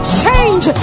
change